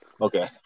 Okay